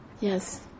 yes